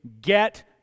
get